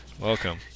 Welcome